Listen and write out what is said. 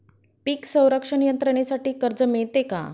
पीक संरक्षण यंत्रणेसाठी कर्ज मिळते का?